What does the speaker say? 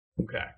Okay